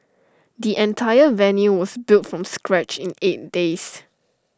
the entire venue was built from scratch in eight days